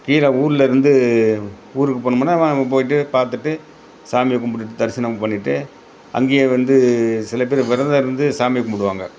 கீழே போனோம்னா அங்கே போயிட்டு பார்த்துட்டு சாமியை கும்பிடுட்டு தரிசனம் பண்ணிவிட்டு அங்கேயே வந்து சில பேர் விரதம் இருந்து சாமி கும்பிடுவாங்க